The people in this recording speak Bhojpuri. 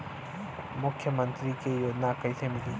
मुख्यमंत्री के योजना कइसे मिली?